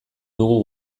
dugu